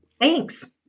Thanks